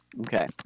Okay